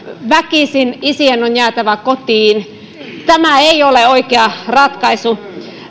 väkisin isien on jäätävä kotiin tämä ei ole oikea ratkaisu